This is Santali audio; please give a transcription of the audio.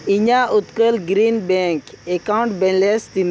ᱤᱧᱟᱹᱜ ᱩᱛᱠᱚᱞ ᱜᱨᱤᱱ ᱵᱮᱝᱠ ᱮᱠᱟᱣᱩᱱᱴ ᱵᱮᱞᱮᱱᱥ ᱛᱤᱱᱟᱹᱜ